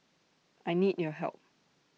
I need your help